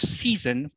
season